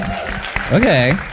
Okay